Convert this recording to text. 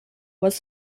was